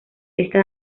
esta